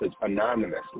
anonymously